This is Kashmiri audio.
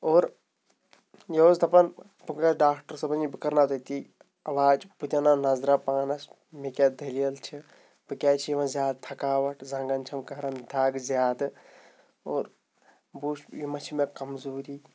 اور یہِ اوس دَپان بہٕ گژھٕ ڈاکٹَر صٲبَس نِش بہٕ کَرناو تٔتی علاج بہٕ دیٛاناو نظراہ پانَس مےٚ کیٛاہ دٔلیٖل چھِ بہٕ کیٛازِ چھِ یِوان زیادٕ تھکاوَٹ زنٛگَن چھَم کَران دَگ زیادٕ اور بہٕ وٕچھ یہِ مَہ چھِ مےٚ کَمزوٗری